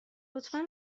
لطفا